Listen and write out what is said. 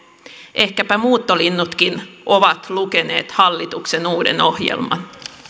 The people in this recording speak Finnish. ehkäpä muuttolinnutkin ovat lukeneet hallituksen uuden ohjelman